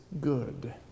good